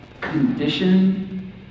condition